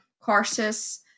courses